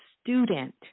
student